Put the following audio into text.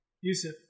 Yusuf